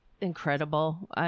incredible